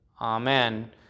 Amen